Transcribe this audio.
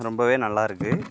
ரொம்ப நல்லா இருக்கு